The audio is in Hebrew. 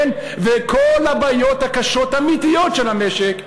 וכל הבעיות הקשות האמיתיות של המשק,